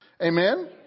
Amen